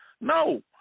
No